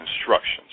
instructions